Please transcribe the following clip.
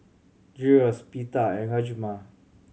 Gyros Pita and Rajma